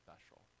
special